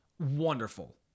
wonderful